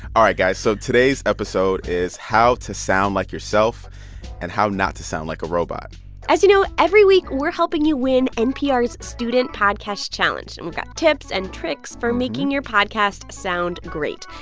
all right, guys. so today's episode is how to sound like yourself and how not to sound like a robot as you know, every week we're helping you win npr's student podcast challenge. and we've got tips and tricks for making your podcast sound great.